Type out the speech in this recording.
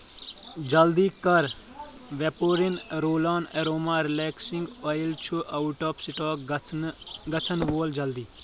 جلدی کر vaporin roll on aroma relaxing oil چھ اوٹ آف سٹاک گژھنہٕ گژھن وول جلدی